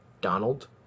Donald